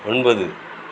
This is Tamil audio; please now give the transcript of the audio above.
ஒன்பது